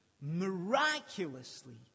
miraculously